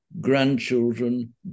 grandchildren